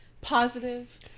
positive